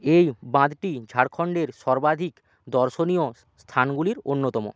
এই বাঁধটি ঝাড়খণ্ডের সর্বাধিক দর্শনীয় স্থানগুলির অন্যতম